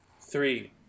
Three